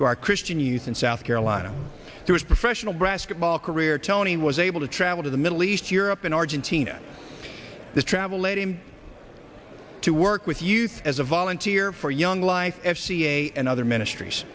our christian youth in south carolina who is professional basketball career tony was able to travel to the middle east europe in argentina the travel led him to work with youth as a volunteer for young life f c a and other ministries